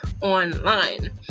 online